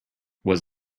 was